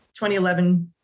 2011